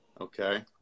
Okay